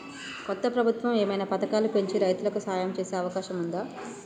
కొత్త ప్రభుత్వం ఏమైనా పథకాలు పెంచి రైతులకు సాయం చేసే అవకాశం ఉందా?